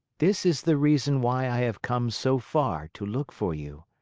this is the reason why i have come so far to look for you.